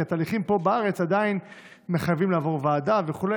כי התהליכים פה בארץ עדיין מחייבים לעבור ועדה וכו'.